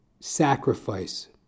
sacrifice